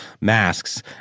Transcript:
masks